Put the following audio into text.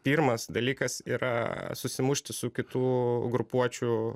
pirmas dalykas yra susimušti su kitų grupuočių